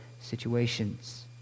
situations